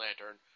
Lantern